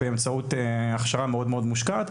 באמצעות הכשרה מאוד מושקעת.